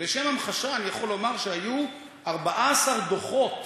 לשם המחשה אני יכול לומר שהיו 14 דוחות